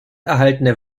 erhaltene